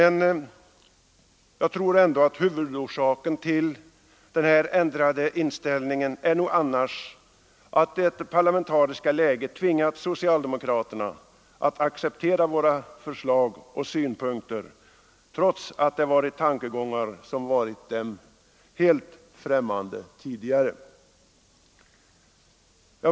Men jag tror ändå att huvudorsaken till den ändrade inställningen är att det parlamentariska läget har tvingat socialdemokraterna att acceptera våra förslag och synpunkter trots att det gällt tankegångar som varit dem helt främmande tidigare.